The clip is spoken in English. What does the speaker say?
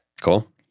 Cool